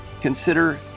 consider